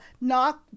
knock